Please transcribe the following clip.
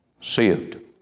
saved